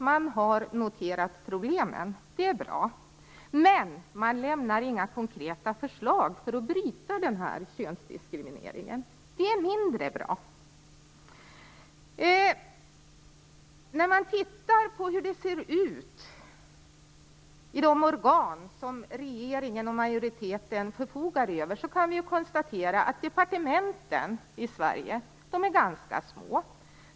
Man har noterat problemen, vilket är bra, men man lägger inte fram några konkreta förslag för att bryta könsdiskrimineringen, vilket är mindre bra. När vi tittar på hur det ser ut i de organ som regeringen och majoriteten förfogar över kan vi konstatera att departementen i Sverige är ganska små.